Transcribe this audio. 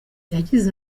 yagize